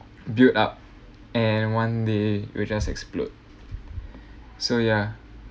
build up and one day will just explode so ya